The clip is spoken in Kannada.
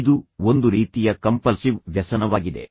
ಇದು ಒಂದು ರೀತಿಯ ಕಂಪಲ್ಸಿವ್ ವ್ಯಸನವಾಗಿದೆ